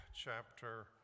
chapter